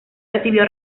recibió